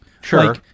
Sure